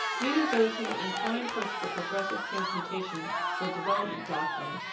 neither those who were inclined towards the progressive transmutation or development doctrine,